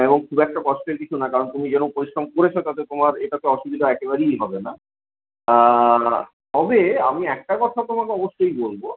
এবং খুব একটা কষ্টের কিছু না কারণ তুমি যেমন পরিশ্রম করেছ তাতে তোমার এটাতে অসুবিধা একেবারেই হবে না তবে আমি একটা কথা তোমাকে অবশ্যই বলব